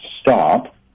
stop